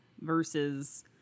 versus